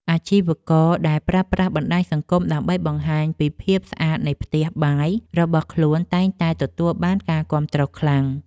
អាជីវករដែលប្រើប្រាស់បណ្តាញសង្គមដើម្បីបង្ហាញពីភាពស្អាតនៃផ្ទះបាយរបស់ខ្លួនតែងតែទទួលបានការគាំទ្រខ្លាំង។